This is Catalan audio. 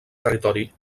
territori